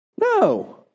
No